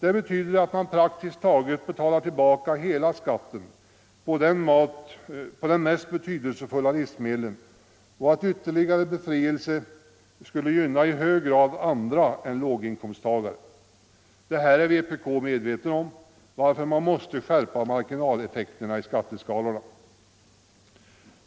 Det betyder att man praktiskt taget betalar tillbaka hela skatten på de mest betydelsefulla livsmedlen och att en ytterligare befrielse i hög grad skulle gynna andra än låginkomsttagare. Detta är vpk medvetet om, varför man föreslår skärpt marginaleffekt i skatteskalorna.